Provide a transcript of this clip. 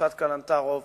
פרשת קלנטרוב,